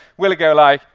will it go like,